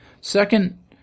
Second